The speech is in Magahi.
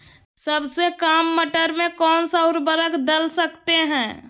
सबसे काम मटर में कौन सा ऊर्वरक दल सकते हैं?